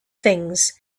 things